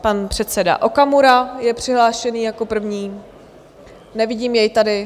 Pan předseda Okamura je přihlášený jako první nevidím jej tady.